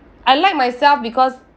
I like myself because